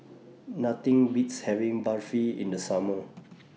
Nothing Beats having Barfi in The Summer